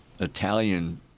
Italian